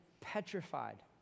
petrified